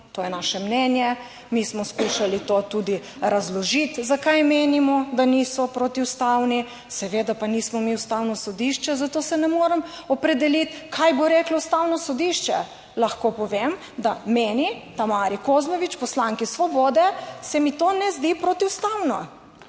to je naše mnenje, mi smo skušali to tudi razložiti, zakaj menimo, da niso protiustavni, seveda pa nismo mi Ustavno sodišče, zato se ne morem opredeliti, kaj bo reklo Ustavno sodišče. Lahko povem, da meni, Tamari Kozlovič, poslanki Svobode, se mi to ne zdi protiustavno.